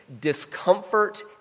discomfort